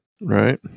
right